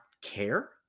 care